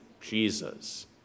Jesus